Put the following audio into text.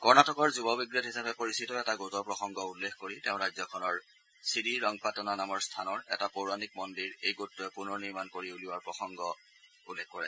কৰ্ণাটকৰ যুৱ ৱিগেড হিচাপে পৰিচিত এটা গোটৰ প্ৰসংগ উল্লেখ কৰি তেওঁ ৰাজ্যখনৰ শ্ৰীৰংপাটনা নামৰ স্থানৰ এটা পৌৰাণিক মন্দিৰ এই গোটটোৱে পুনৰ নিৰ্মাণ কৰি উলিওৱাৰ প্ৰসংগ দাঙি ধৰে